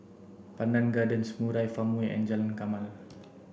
Pandan Gardens Murai Farmway and Jalan Jamal